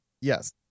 Yes